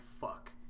fuck